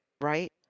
right